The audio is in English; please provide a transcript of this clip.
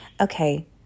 Okay